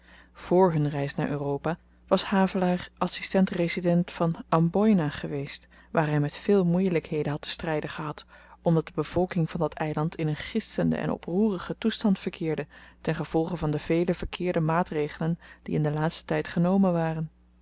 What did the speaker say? vr hun reis naar europa was havelaar adsistent resident van amboina geweest waar hy met veel moeielykheden had te stryden gehad omdat de bevolking van dat eiland in een gistenden en oproerigen toestand verkeerde ten gevolge van de vele verkeerde maatregelen die in den laatsten tyd genomen waren